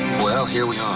well, here we um